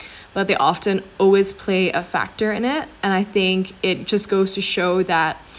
at all but they often always play a factor in it and I think it just goes to show that